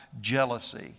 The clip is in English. jealousy